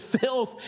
filth